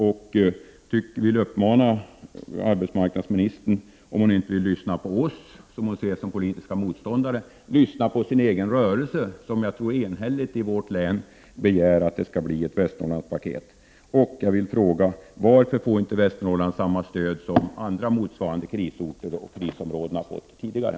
Jag vill uppmana arbetsmarknadsministern att hon, om hon inte vill lyssna på oss som hon ser som politiska motståndare, lyssnar på sin egen rörelse, som jag tror enhälligt i vårt län begär att vi skall få ett Västernorrlandspaket. Jag vill fråga: Varför får inte Västernorrland samma stöd som motsvarande orter och krisområden fått tidigare?